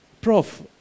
Prof